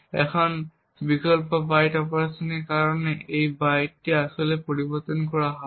এখন বিকল্প বাইট অপারেশনের কারণে এই বাইটটি আসলে পরিবর্তন করা হবে